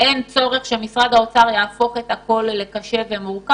אין צורך שמשרד האוצר יהפוך את הכול למורכב,